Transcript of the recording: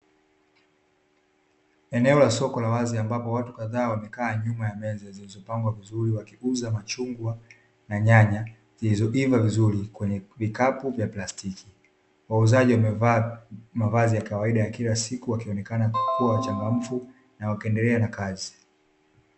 Eneo la soko la wazi ambapo watu kadhaa wamekaa nyuma ya meza zilizopangwa vizuri wakiuza machungwa, na nyanya zilizoiva vizuri kwenye vikapu vya plastiki. Wauzaji wamevaa mavazi ya kawaida ya kila siku, wakionekana kuwa wachangamfu na wakiendelea na kazi.